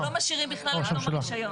אנחנו לא משאירים בכלל את תום הרישיון.